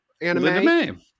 anime